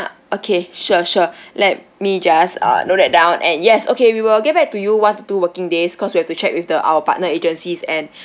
ah okay sure sure let me just uh note that down and yes okay we will get back to you one to two working days cause we have to check with the our partner agencies and